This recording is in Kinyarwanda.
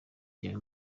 cyane